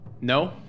No